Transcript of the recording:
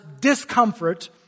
discomfort